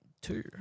two